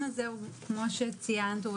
כמו שציינת,